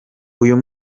uyu